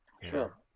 Sure